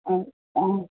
आ आ